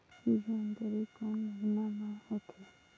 जोंदरी कोन महीना म होथे?